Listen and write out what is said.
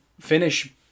finish